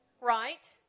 right